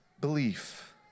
belief